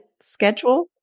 schedule